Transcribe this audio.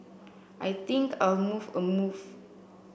I think I'll move a move